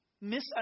misunderstood